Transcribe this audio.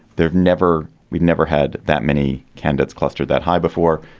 they're never we'd never had that many candidates cluster that high before.